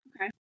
okay